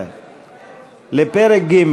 לפרק ג',